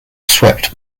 swept